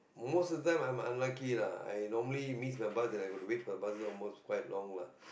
most of them I'm unlucky lah I normally miss the bus then I got to wait for the bus almost quite long lah